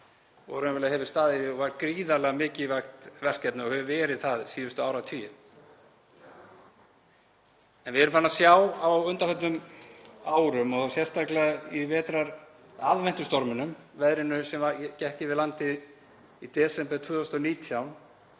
í tengslum við það verkefni og var gríðarlega mikilvægt verkefni og hefur verið það síðustu áratugi. En við erum farin að sjá á undanförnum árum og sérstaklega í aðventustorminum, veðrinu sem gekk yfir landið í desember 2019,